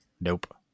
Nope